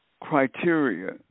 criteria